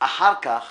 / אחר כך